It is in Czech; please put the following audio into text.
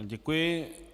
Děkuji.